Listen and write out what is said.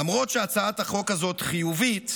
למרות שהצעת החוק הזאת חיובית,